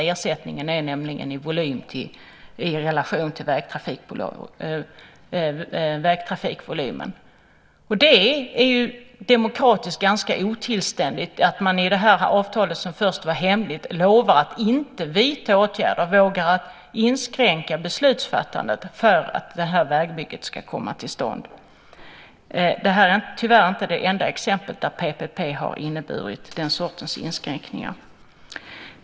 Ersättningen är nämligen i relation till vägtrafikvolymen. Det är demokratiskt ganska otillständigt att man i det här avtalet, som först var hemligt, lovar att inte vidta åtgärder, vågar inskränka beslutsfattandet, för att detta vägbygge ska komma till stånd. Det här är tyvärr inte det enda exemplet där PPP har inneburit den sortens inskränkningar.